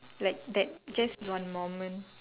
like that just one moment